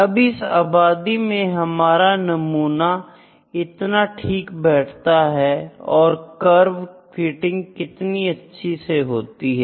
अब इस आबादी में हमारा नमूना इतना ठीक बैठता है और कर्व फिटिंग कितनी अच्छे से होती है